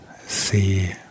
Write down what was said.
see